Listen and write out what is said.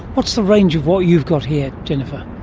what's the range of what you've got here, jennifer?